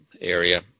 area